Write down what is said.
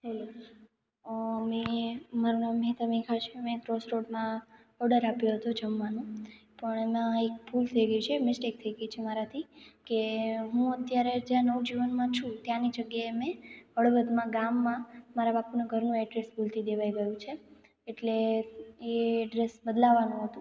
hello મેં અ મારું નામ મહેતા મેઘા છે મેં રેસ્ટોરન્ટમાં ઓર્ડર આપ્યો હતો જમવાનો પણ ના એક ભૂલ થઇ ગઇ છે મિસ્ટેક થઇ ગઇ છે મારાથી કે હું અત્યારે જ્યાં નવજીવનમાં છું ત્યાંની જગ્યાએ મેં હળવદમાં ગામમાં મારા બાપુનાં ઘરનું એડ્રેસ ભૂલથી દેવાઇ ગયું છે એટલે એ એડ્રેસ બદલાવવાનું હતું